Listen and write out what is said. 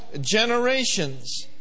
generations